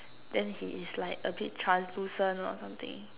then he is like a bit translucent or something